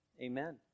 Amen